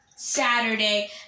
Saturday